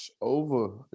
Over